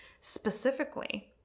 Specifically